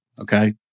Okay